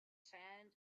sand